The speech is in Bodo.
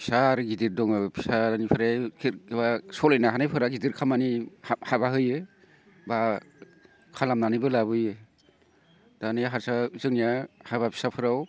फिसा आरो गिदिद दङो फिसा ओमफ्राय सलिनो हानायफोरा गिदिद खामानि हाबा होयो बा खालामनानैबो लाबोयो दानिया हारसा जोंनिया हाबा फिसाफोराव